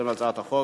יוזם הצעת החוק.